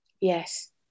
Yes